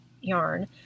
yarn